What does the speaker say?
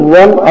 one